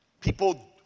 People